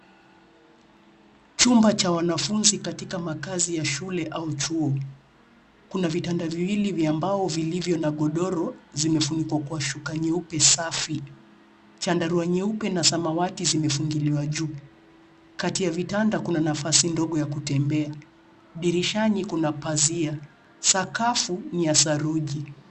Chumba cha wanafunzi katika makazi ya shule au chuo, kuna vitanda viwili vya mbao vilivyo na godoro zimefunikwa kwa shuka nyeupe safi, chandarua nyeupe na samawati zimefunguliwa juu ,kati ya vitanda kuna nafasi ndogo ya kutembea dirishani kuna pazia sakafu ni ya saruji.